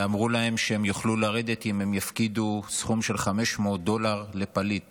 ואמרו להם שהם יוכלו לרדת אם הם יפקידו סכום של 500 דולר לפליט,